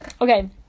Okay